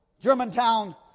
Germantown